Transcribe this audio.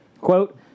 Quote